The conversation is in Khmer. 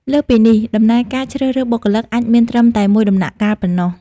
លើសពីនេះ ដំណើរការជ្រើសរើសបុគ្គលិកអាចមានត្រឹមតែមួយដំណាក់កាលប៉ុណ្ណោះ។